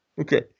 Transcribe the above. okay